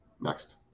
next